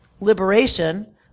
liberation